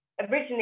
originally